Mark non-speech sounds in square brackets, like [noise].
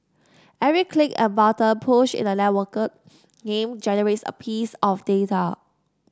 every click and button push in a networked [noise] game generates a piece of data